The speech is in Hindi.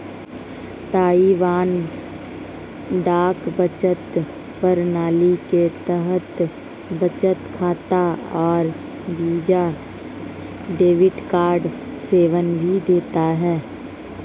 ताइवान डाक बचत प्रणाली के तहत बचत खाता और वीजा डेबिट कार्ड सेवाएं भी देता है